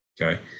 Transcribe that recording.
Okay